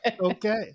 Okay